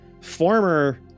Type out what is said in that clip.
former